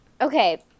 Okay